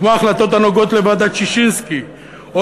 כמו החלטות הנוגעות לוועדת ששינסקי או